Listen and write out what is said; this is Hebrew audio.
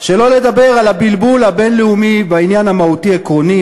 שלא לדבר על הבלבול הבין-לאומי בעניין המהותי-עקרוני,